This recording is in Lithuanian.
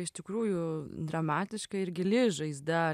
iš tikrųjų dramatiška ir gili žaizda